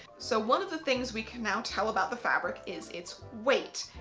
so one of the things we can now tell about the fabric is its weight.